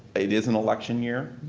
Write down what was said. it is an election year.